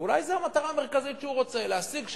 אולי זו המטרה המרכזית שהוא רוצה להשיג,